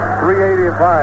385